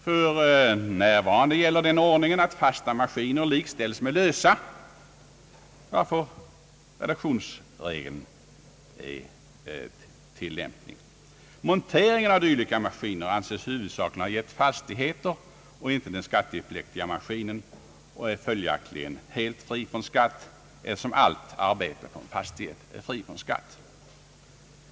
För närvarande gäller den ordningen att fasta maskiner likställes med lösa, varför reduktionsregeln är tillämplig. Monteringen av dylika maskiner anses huvudsakligen ha gällt fastigheter och inte den skattepliktiga maskinen och är följaktligen helt fri från skatt, eftersom allt arbete på en fastighet är fritt från skatt.